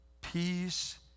peace